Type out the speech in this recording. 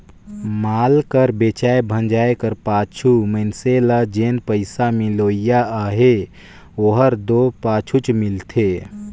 माल कर बेंचाए भंजाए कर पाछू मइनसे ल जेन पइसा मिलोइया अहे ओहर दो पाछुच मिलथे